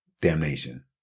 damnation